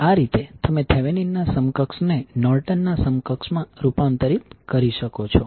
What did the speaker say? આ રીતે તમે થેવેનિનના સમકક્ષને નોર્ટન ના સમકક્ષ માં રૂપાંતરિત કરી શકો છો